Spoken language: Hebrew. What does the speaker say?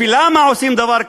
למה עושים דבר כזה?